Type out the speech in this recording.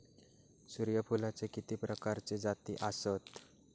सूर्यफूलाचे किती प्रकारचे जाती आसत?